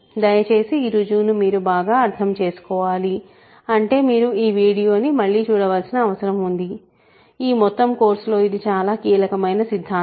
దయచేసి ఈ రుజువును మీరు బాగా అర్థం చేసుకోవాలి అంటే మీరు ఈ వీడియో ని మళ్ళీ చూడవలసిన అవసరం ఉంది ఈ మొత్తం కోర్సులో ఇది చాలా కీలకమైన సిద్ధాంతం